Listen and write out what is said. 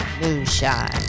moonshine